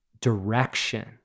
direction